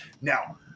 Now